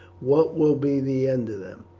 what will be the end of them?